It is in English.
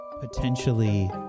potentially